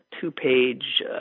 two-page